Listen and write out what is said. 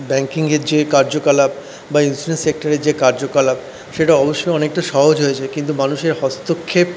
ব্যাঙ্কিয়ের যে কার্যকলাপ বা ইন্স্যুরেন্স সেক্টরের যে কার্যকলাপ সেটা অবশ্যই অনেকটা সহজ হয়েছে কিন্তু মানুষের হস্তক্ষেপ